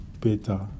better